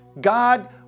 God